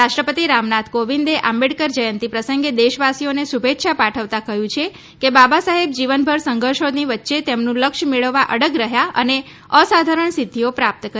રાષ્ટ્રપતિ રામનાથ કોંવિદે આમ્બેડકર જયંતિ પ્રસંગે દેશવાસીઓને શુભેચ્છા પાઠવ તા કહ્યું છે કે બાબા સાહેબ જીવનભર સંધર્ષોની વચ્ચે તેમનું લક્ષ્ય મેળવવા અડગ રહ્યા અને અસાધારણ સિધ્ધીઓ પ્રાપ્ત કરી